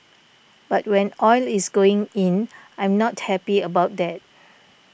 but when oil is going in I'm not happy about that